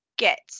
get